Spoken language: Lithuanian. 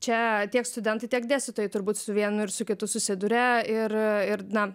čia tiek studentai tiek dėstytojai turbūt su vienu ir su kitu susiduria ir ir na